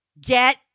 Get